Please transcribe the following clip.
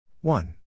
One